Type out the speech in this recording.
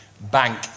bank